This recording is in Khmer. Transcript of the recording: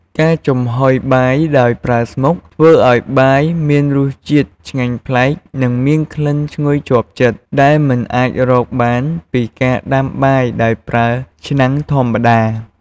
ការចំហុយបាយដោយប្រើស្មុក ធ្វើឲ្យបាយមានរសជាតិឆ្ងាញ់ប្លែក និងមានក្លិនឈ្ងុយជាប់ចិត្ត ដែលមិនអាចរកបានពីការដាំបាយដោយប្រើឆ្នាំងធម្មតា។